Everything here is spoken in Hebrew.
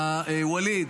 ווליד,